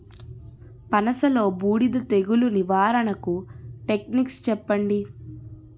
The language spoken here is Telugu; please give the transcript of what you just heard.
పనస లో బూడిద తెగులు నివారణకు టెక్నిక్స్ చెప్పండి?